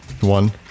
One